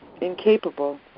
incapable